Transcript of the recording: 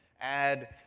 add.